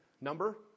number